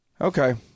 Okay